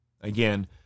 Again